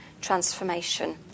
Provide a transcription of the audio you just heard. transformation